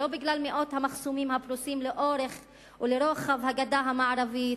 זה לא בגלל מאות המחסומים הפרוסים לאורך ולרוחב הגדה המערבית